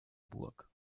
burg